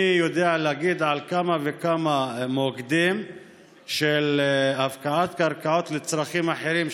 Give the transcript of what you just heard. אני יודע לומר על כמה וכמה מוקדים של הפקעת קרקעות לצרכים אחרים,